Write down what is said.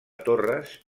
torres